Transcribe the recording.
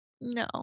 no